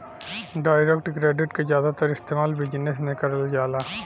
direct credit क जादातर इस्तेमाल बिजनेस में करल जाला